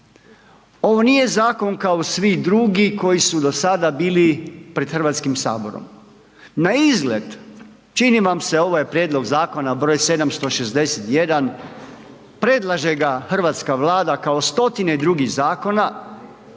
ovo nije zakon kao svi drugi koji su do sada bili pred HS, naizgled čini vam se ovo je prijedlog zakona br. 761, predlaže ga hrvatska Vlada kao stotine drugih zakona,